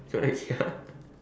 you want a Kia